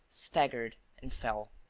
staggered and fell.